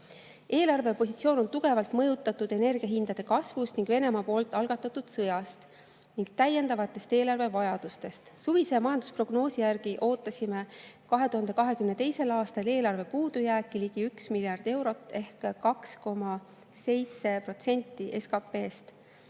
Eelarvepositsioon on tugevalt mõjutatud energiahindade kasvust ja Venemaa algatatud sõjast ning täiendavatest eelarvevajadustest. Suvise majandusprognoosi järgi ootasime 2022. aastal eelarvepuudujääki ligi 1 miljard eurot ehk 2,7% SKP‑st.